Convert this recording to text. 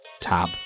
tab